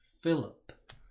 Philip